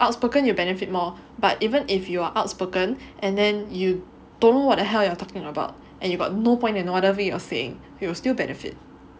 outspoken you benefit more but even if you are outspoken and then you don't know what the hell you are talking about and you got no point in whatever you are saying you will still benefit